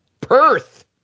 Perth